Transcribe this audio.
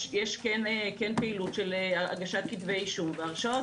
יש כן פעילות של הגשת כתבי אישום והרשעות.